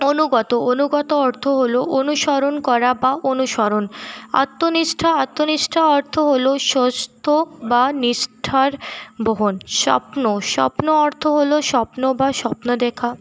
অনুগত অনুগত অর্থ হলো অনুসরণ করা বা অনুসরণ আত্মনিষ্ঠা আত্মনিষ্ঠা অর্থ হলো বা নিষ্ঠার বহন স্বপ্ন স্বপ্ন অর্থ হলো স্বপ্ন বা স্বপ্ন দেখা